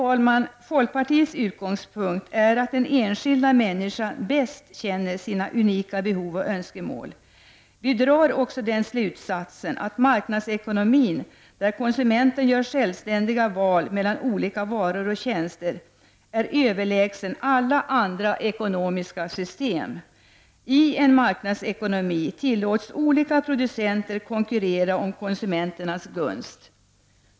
Folkpartiets utgångspunkt är att den enskilda människan bäst känner sina unika behov och önskemål. Vi drar också den slutsatsen att marknadsekonomin — där konsumenten gör självständiga val mellan olika varor och tjänster — är överlägsen alla andra ekonomiska system. I en marknadsekonomi tillåts olika producenter konkurrera om konsumenternas gunst.